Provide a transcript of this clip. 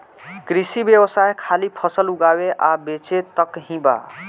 कृषि व्यवसाय खाली फसल उगावे आ बेचे तक ही बा